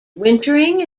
wintering